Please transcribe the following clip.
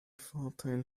vorteil